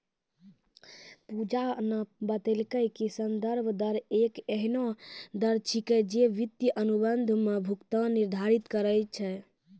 पूजा न बतेलकै कि संदर्भ दर एक एहनो दर छेकियै जे वित्तीय अनुबंध म भुगतान निर्धारित करय छै